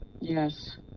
Yes